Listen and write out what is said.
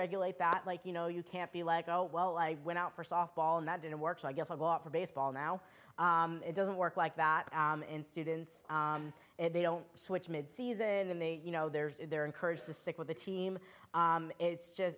regulate that like you know you can't be like oh well i went out for softball and that didn't work so i guess a lot for baseball now it doesn't work like that in students and they don't switch mid season and they you know there's they're encouraged to sit with the team it's just